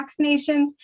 vaccinations